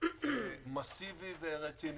מסיבי ורציני.